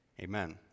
Amen